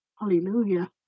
hallelujah